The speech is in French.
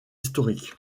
historique